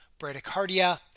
bradycardia